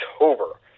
October